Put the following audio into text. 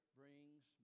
brings